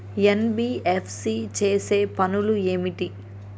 NBFC చేసే పనులు ఏమిటి?